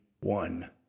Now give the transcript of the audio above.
one